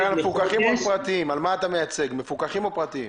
מה אתה מייצג מפוקחים או פרטיים?